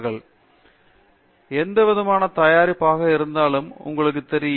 பேராசிரியர் பிரதாப் ஹரிதாஸ் எந்தவிதமான தயாரிப்பாக இருந்தாலும் உங்களுக்கு தெரியும்